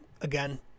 again